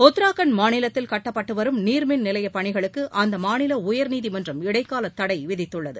உத்தராகண்ட் மாநிலத்தில் கட்டப்பட்டு வரும் நீர்மின் நிலையப் பணிகளுக்கு அந்த மாநில உயர் நீதிமன்றம் இடைக்கால தடை விதித்துள்ளது